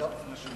לא.